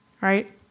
right